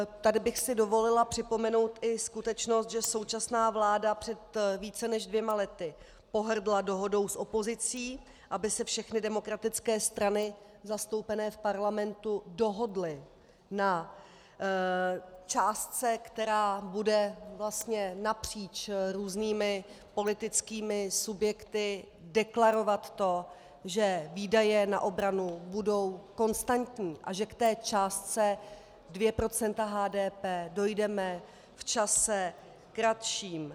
Tady bych si dovolila připomenout i skutečnost, že současná vláda před více než dvěma lety pohrdla dohodou s opozicí, aby se všechny demokratické strany zastoupené v Parlamentu dohodly na částce, která bude vlastně napříč různými politickými subjekty deklarovat to, že výdaje na obranu budou konstantní a že k té částce 2 % HDP dojdeme v čase kratším.